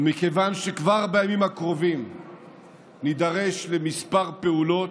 ומכיוון שכבר בימים הקרובים נידרש לכמה פעולות,